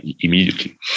immediately